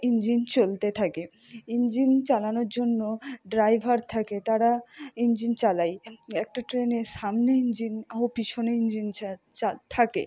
engine চলতে থাকে engine চালানোর জন্য ড্রাইভার থাকে তারা ইঞ্জিন চালায় একটা ট্রেনের সামনে ইঞ্জিন ও পিছনে ইঞ্জিন থাকে